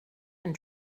and